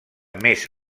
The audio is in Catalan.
més